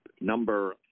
Number